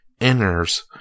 enters